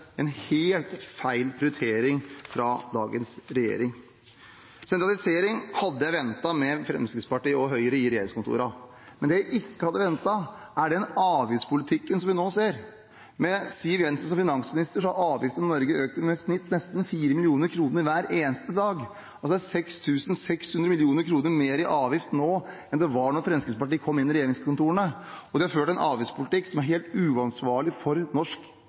en helt feil prioritering fra dagens regjering. Sentralisering hadde jeg ventet med Fremskrittspartiet og Høyre i regjeringskontorene. Men det jeg ikke hadde ventet, er den avgiftspolitikken som vi nå ser. Med Siv Jensen som finansminister har avgiftene i Norge økt med i snitt nesten 4 mill. kr hver eneste dag, altså 6 600 mill. kr mer i avgifter nå enn det var da Fremskrittspartiet kom inn i regjeringskontorene. De har ført en avgiftspolitikk som er helt uansvarlig for norsk